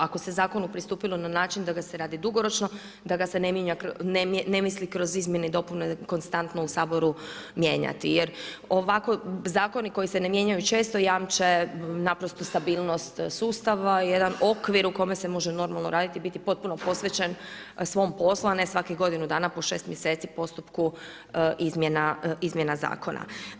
Ako se zakonu pristupilo na način da ga se radi dugoročno, da ga se ne misli kroz izmjene i dopune konstantno u Saboru mijenjati jer ovako zakoni koji se ne mijenjaju često jamče naprosto stabilnost sustava, jedan okvir u kome se može normalno raditi i biti potpuno posvećen svom poslu a ne svakih godinu dana po 6 mjeseci u postupku izmjena zakona.